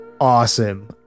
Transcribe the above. awesome